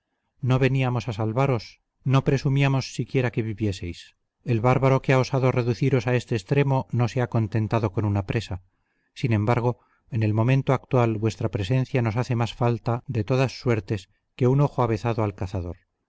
no veníamos a salvaros no presumíamos siquiera que vivieseis el bárbaro que ha osado reduciros a este extremo no se ha contentado con una presa sin embargo en el momento actual vuestra presencia nos hace más falta de todas suertes que un ojo avezado al cazador